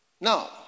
Now